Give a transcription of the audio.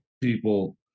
people